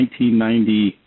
1990